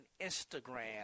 Instagram